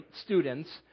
students